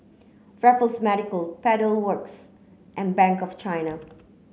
Raffles Medical Pedal Works and Bank of China